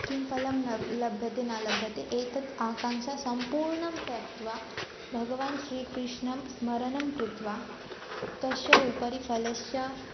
किं फलं नब् लभ्यते न लभ्यते एतत् आकाङ्क्षा सम्पूर्णं त्यक्त्वा भगवान् श्रीकृष्णं स्मरणं कृत्वा तस्य उपरि फलस्य